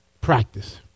Practice